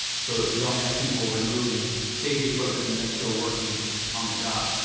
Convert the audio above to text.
so that we don't have people removing safety equipment and then still working on the job.